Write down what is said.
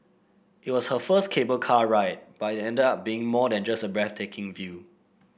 it was her first cable car ride but it ended up being more than just a breathtaking view